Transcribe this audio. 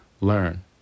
learn